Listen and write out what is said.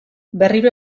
berriro